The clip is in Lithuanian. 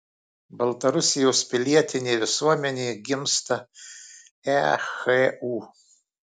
baltarusijos pilietinė visuomenė gimsta ehu